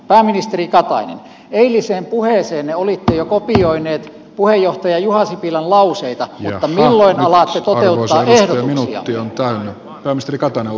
pääministeri katainen eiliseen puheeseenne olitte jo kopioinut puheenjohtaja juha sipilän lauseita mutta milloin alatte toteuttaa ehdotuksiamme